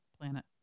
planet